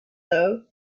though